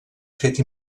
fet